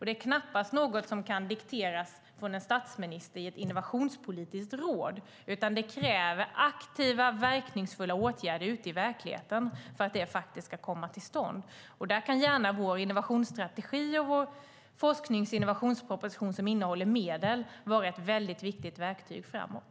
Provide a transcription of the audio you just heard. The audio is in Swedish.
Det är knappast något som kan dikteras från en statsminister i ett innovationspolitiskt råd, utan det krävs aktiva, verkningsfulla åtgärder ute i verkligheten för att det ska komma till stånd. Där kan gärna vår innovationsstrategi och vår forsknings och innovationsproposition, som innehåller medel, vara ett viktigt verktyg framåt.